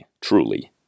truly